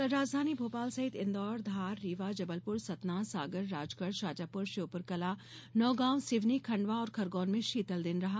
कल राजधानी भोपाल सहित इंदौर धार रीवा जबलपुर सतना सागर राजगढ़ शाजापुर श्योपुरकला नौगांव सिवनी खंडवा और खरगोन में शीतल दिन रहा